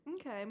Okay